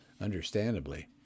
understandably